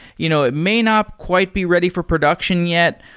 you know it may not quite be ready for production yet,